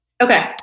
Okay